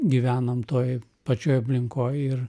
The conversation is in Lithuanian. gyvenam toj pačioj aplinkoj ir